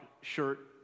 shirt